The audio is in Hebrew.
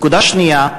נקודה שנייה,